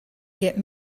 get